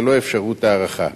ללא אפשרות הארכה.